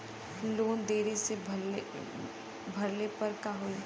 Loan देरी से भरले पर का होई?